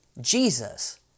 Jesus